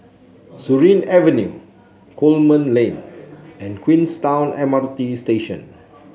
Surin Avenue Coleman Lane and Queenstown M R T Station